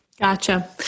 Gotcha